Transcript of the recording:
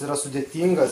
yra sudėtingas